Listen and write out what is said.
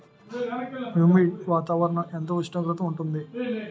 Humid వాతావరణం ఎంత ఉష్ణోగ్రత ఉంటుంది?